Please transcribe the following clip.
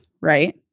right